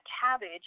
cabbage